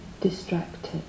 distracted